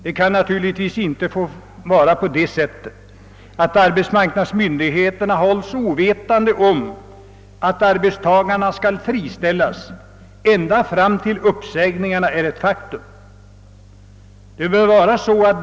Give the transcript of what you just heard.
Det kan naturligtvis inte få gå till så, att arbetsmarknadsmyndigheterna hålls ovetande om att arbetstagare skall friställas ända tills uppsägningarna är ett faktum.